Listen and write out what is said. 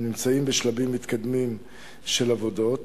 הם נמצאים בשלבים מתקדמים של עבודות